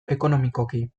ekonomikoki